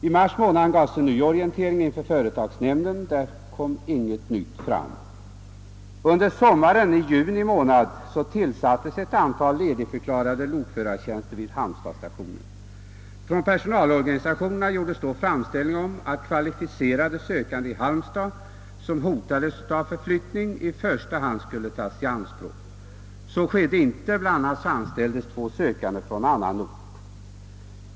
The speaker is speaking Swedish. I mars månad gavs en ny orientering inför företagsnämnden. Där kom inget nytt fram. Under sommaren — i juni månad — tillsattes ett antal ledigförklarade lokförartjänster vid Halmstadsstationen. Från personalorganisationerna gjordes då framställning om att kvalificerade sökande i Halmstad som hotades av förflyttning i första hand skulle tas i anspråk. Så skedde inte; bl.a. anställdes två sökande från annan ort.